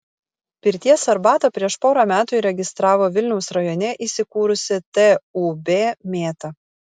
pirties arbatą prieš porą metų įregistravo vilniaus rajone įsikūrusi tūb mėta